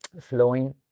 flowing